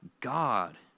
God